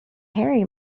harry